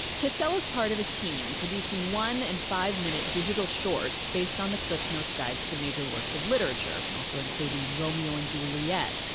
castelo's part of team producing one and five-minute digital shorts based on the cliffsnotes guides to major works of literature, and also including romeo and juliet,